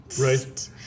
right